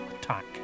attack